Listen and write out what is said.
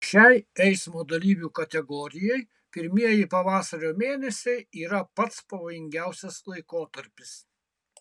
šiai eismo dalyvių kategorijai pirmieji pavasario mėnesiai yra pats pavojingiausias laikotarpis